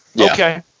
okay